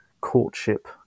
courtship